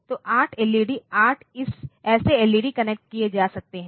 तो 8 एलईडी 8 ऐसे LED connect किए जा सकते हैं